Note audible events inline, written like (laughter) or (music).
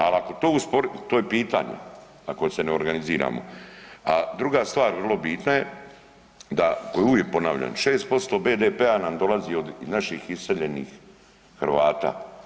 Ali ako to, ... (unintelligible) to je pitanje ako se ne organiziramo, a druga stvar, vrlo bitna je, da koju uvijek ponavljam, 6% BDP-a nam dolazi od naših iseljenih Hrvata.